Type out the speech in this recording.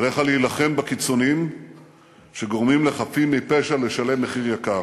עליך להילחם בקיצונים שגורמים לחפים מפשע לשלם מחיר יקר.